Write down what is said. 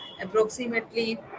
approximately